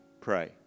pray